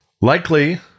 Likely